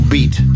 Beat